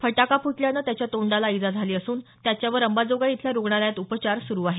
फटाका फुटल्याने त्याच्या तोंडाला इजा झाली असून त्याच्यावर अंबाजोगाई इथल्या रुग्णालयात उपचार सुरू आहेत